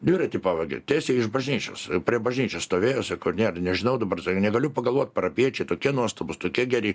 dviratį pavogė tiesiai iš bažnyčios prie bažnyčios stovėjo sako nėra nežinau dabar sako negaliu pagalvot parapijiečiai tokie nuostabūs tokie geri